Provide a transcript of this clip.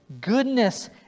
goodness